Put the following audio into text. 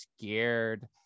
scared